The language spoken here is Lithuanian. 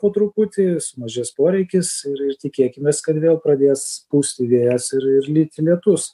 po truputį mažės poreikis ir ir tikėkimės kad vėl pradės pūsti vėjas ir ir lyti lietus